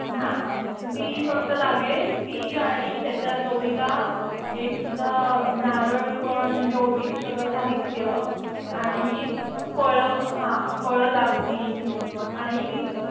हां मग ती फक्त लागेल ती आणि त्याच्या जोडीला एक तुझा नारळ खण म्हणजे ओटीचं सगळं साहित्य आणि फळं हां फळं लागतील आणि